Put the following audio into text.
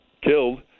killed